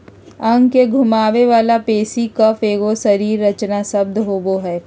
अंग के घुमावे वाला पेशी कफ एगो शरीर रचना शब्द होबो हइ